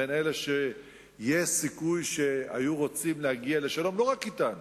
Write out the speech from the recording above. בין אלה שיש סיכוי שהיו רוצים להגיע לשלום לא רק אתנו,